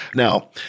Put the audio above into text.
Now